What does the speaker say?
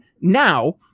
now